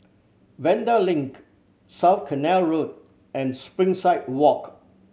Vanda Link South Canal Road and Springside Walk